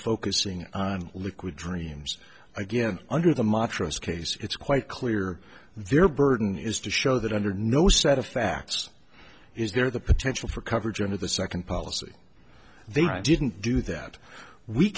focusing on liquid dreams again under the montrose case it's quite clear their burden is to show that under no set of facts is there the potential for coverage under the second policy they didn't do that we